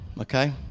okay